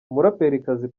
umuraperikazi